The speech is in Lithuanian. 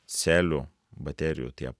celių baterijų tie